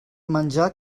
menjar